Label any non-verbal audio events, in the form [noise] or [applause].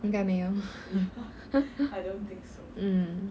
应该没有 [laughs] mm